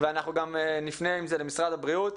מאוד ואנחנו נפנה עם זה למשרד הבריאות,